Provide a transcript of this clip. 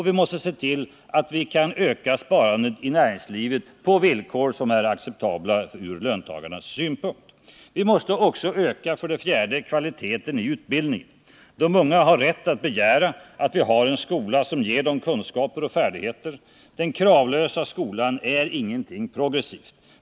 Vi måste också se till att sparandet i näringslivet kan ökas på för löntagarna acceptabla villkor. För det fjärde måste vi öka utbildningens kvalitet. De unga har rätt att begära en skola som ger dem kunskaper och färdigheter. Den kravlösa skolan är inget progressivt.